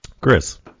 Chris